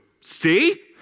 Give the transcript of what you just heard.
see